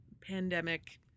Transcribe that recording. pandemic